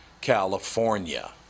California